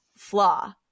Flaw